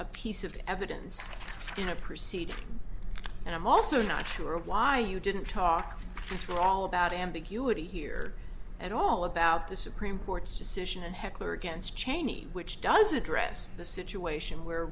a piece of evidence in a procedure and i'm also not sure why you didn't talk through all about ambiguity here at all about the supreme court's decision and heckler against cheney which does address the situation where